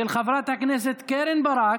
של חברת הכנסת קרן ברק,